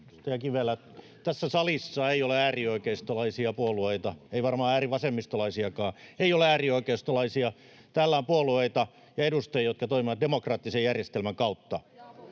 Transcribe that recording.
tässä salissa ei ole äärioikeistolaisia puolueita, ei varmaan äärivasemmistolaisiakaan. Ei ole äärioikeistolaisia. Täällä on puolueita ja edustajia, jotka toimivat demokraattisen järjestelmän kautta,